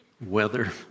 weather